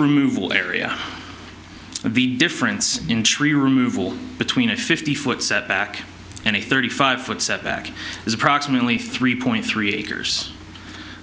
removal area the difference in tree removal between a fifty foot setback and a thirty five foot setback is approximately three point three acres